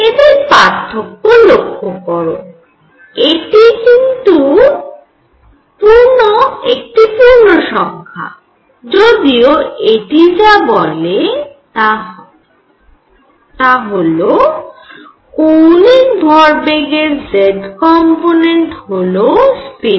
এদের পার্থক্য লক্ষ্য করো এটি কিন্তু একটি পূর্ণসংখ্যা যদিও এটি যা বলে তা হলে কৌণিক ভরবেগের z কম্পোনেন্ট হল স্পিন